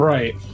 Right